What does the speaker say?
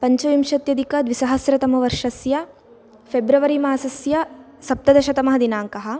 पञ्चविंशत्यधिकद्विसहस्रतमवर्षस्य फ़ेब्रवरिमासस्य सप्तदशतमः दिनाङ्कः